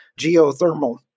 geothermal